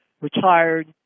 retired